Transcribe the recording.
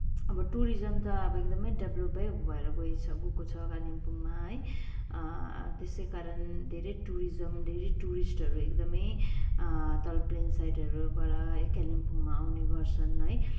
अब टुरिज्म त अब एकदमै डेभ्लपै भएको छ भएर गएको छ कालिम्पोङमा है त्यसै कारण धेरै टुरिज्म धेरै टुरिस्टहरू एकदमै तल प्लेन साइडहरूबाट कालिम्पोङमा आउने गर्छन् है